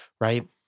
right